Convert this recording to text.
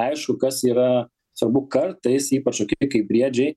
aišku kas yra svarbu kartais ypač tokie kaip briedžiai